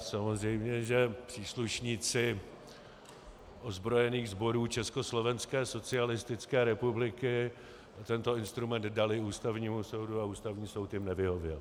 Samozřejmě že příslušníci ozbrojených sborů Československé socialistické republiky tento instrument daly Ústavnímu soudu a Ústavní soud jim nevyhověl.